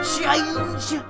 Change